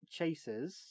Chasers